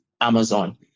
Amazon